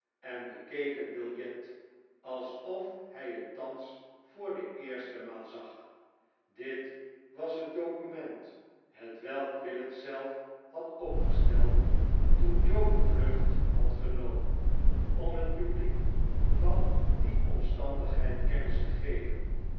en bekeek hetbiljet alsof hij het tkans voor de eerste maal zag dit was het document hetwelk willet zelf had opgesteld toen joe de vlucht had genomen om het publiek van die omstandigheid kennis te geven